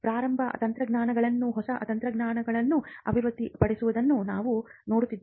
ಪ್ರಾರಂಭ ತಂತ್ರಜ್ಞಾನಗಳು ಹೊಸ ತಂತ್ರಜ್ಞಾನಗಳನ್ನು ಅಭಿವೃದ್ಧಿಪಡಿಸುತ್ತಿರುವುದನ್ನು ನಾವು ನೋಡುತ್ತಿದ್ದೇವೆ